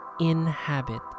Inhabit